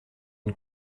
une